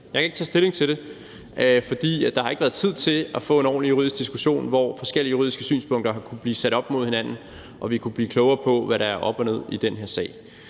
jeg kan ikke tage stilling til det, fordi der ikke har været tid til at få en ordentlig juridisk diskussion, hvor forskellige juridiske synspunkter har kunnet blive sat op mod hinanden og vi kunne blive klogere på, hvad der er op og ned i den her sag.